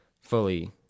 fully